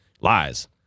Lies